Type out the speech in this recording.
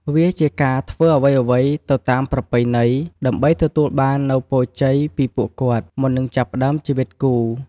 វាជាការធ្វើអ្វីៗទៅតាមប្រពៃណី ដើម្បីទទួលបាននូវ ពរជ័យ ពីពួកគាត់ មុននឹងចាប់ផ្តើមជីវិតគូ។